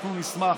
אנחנו נשמח.